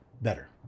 better